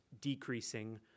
decreasing